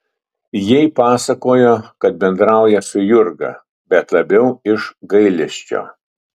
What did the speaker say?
jai pasakojo kad bendrauja su jurga bet labiau iš gailesčio